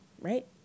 right